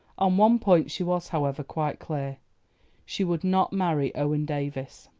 on one point she was, however, quite clear she would not marry owen davies.